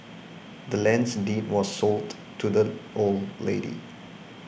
the land's deed was sold to the old lady